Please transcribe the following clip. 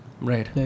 Right